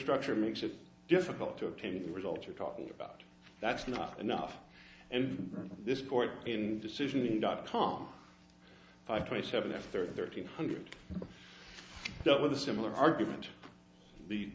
structure makes it difficult to obtain the result you're talking about that's not enough and this court in decision dot com five twenty seven s thirteen hundred with a similar argument the